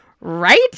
right